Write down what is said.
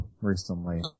recently